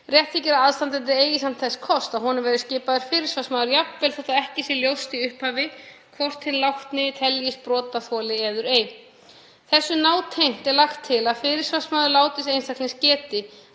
Rétt þykir að aðstandandi eigi þess kost að honum verði skipaður fyrirsvarsmaður jafnvel þótt ekki sé ljóst í upphafi hvort hinn látni teljist brotaþoli eður ei. Þessu nátengt er lagt til að fyrirsvarsmaður látins einstaklings geti